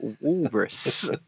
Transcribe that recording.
walrus